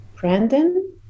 Brandon